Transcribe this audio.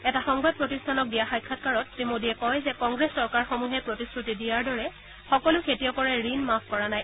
এটা সংবাদ প্ৰতিষ্ঠানক দিয়া সাক্ষাৎকাৰত শ্ৰীমোডীয়ে কয় যে কংগ্ৰেছ চৰকাৰসমূহে প্ৰতিশ্ৰুতি দিয়াৰ দৰে সকলো খেতিয়কৰে ঋণ মাফ কৰা নাই